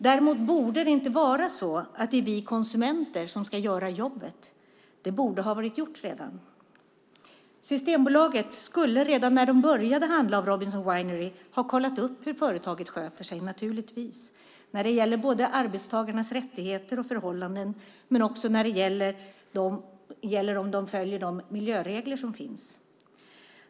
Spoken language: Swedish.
Däremot borde det inte vara så att det är vi konsumenter som ska göra jobbet. Det borde ha varit gjort redan. Systembolaget skulle redan när man började handla av Robinson Winery ha kollat upp hur företaget sköter sig när det gäller arbetstagarnas rättigheter och förhållanden och också när det gäller om man följer de miljöregler som finns.